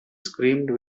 screamed